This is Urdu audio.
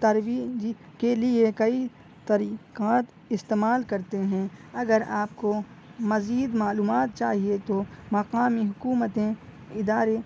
ترویج کے لیے کئی طریقات استعمال کرتے ہیں اگر آپ کو مزید معلومات چاہیے تو مقامی حکومتیں ادارے